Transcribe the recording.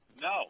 No